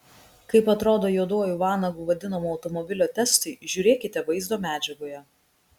kaip atrodo juoduoju vanagu vadinamo automobilio testai žiūrėkite vaizdo medžiagoje